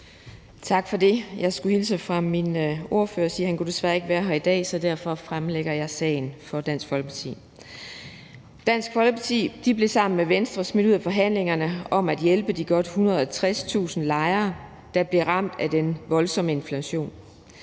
Tak for det. Jeg skulle hilse fra vores ordfører og sige, at han desværre ikke kunne være her i dag, så derfor fremlægger jeg sagen for Dansk Folkeparti. Dansk Folkeparti blev sammen med Venstre smidt ud af forhandlingerne om at hjælpe de godt 160.000 lejere, der bliver ramt af den voldsomme inflation.